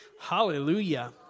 Hallelujah